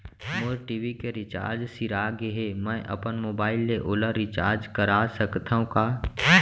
मोर TV के recharge सिरा गे हे, मैं अपन मोबाइल ले ओला रिचार्ज करा सकथव का?